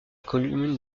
commune